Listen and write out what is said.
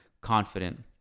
confident